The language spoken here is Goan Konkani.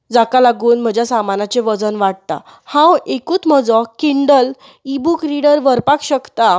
जाका लागून म्हज्या सामानाचे वजन वाडटा हांव एकूच म्हजो किंडल इ बूक रिर्डर व्हरपाक शकतां